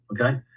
Okay